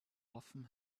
often